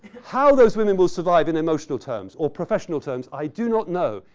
how those women will survive in emotional terms, or professional terms, i do not know.